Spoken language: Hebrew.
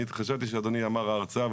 אני חשבתי שאדוני אמר ההרצאה,